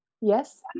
yes